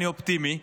אני אופטימי,